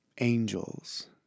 angels